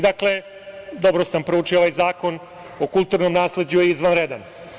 Dakle, dobro sam proučio ovaj Zakon o kulturnom nasleđu i on je izvanredan.